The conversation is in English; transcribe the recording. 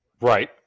Right